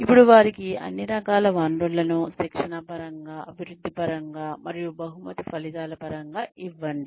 ఇప్పుడు అభివృద్ధి పరంగా మరియు రివార్డ్ ఫలితాల పరంగా శిక్షణ పరంగా వారికి అన్ని రకాల వనరులను ఇవ్వాలి